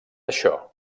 això